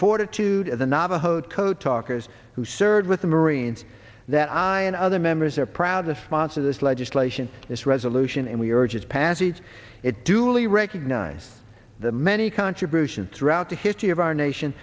fortitude of the navajo code talkers who served with the marines that i and other members are proud to sponsor this legislation this resolution and we urge its passage it duly recognize the many contributions throughout the history of our nation